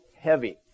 heavy